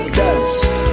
dust